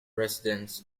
residence